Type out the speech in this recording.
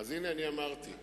אז הנה, אני אמרתי.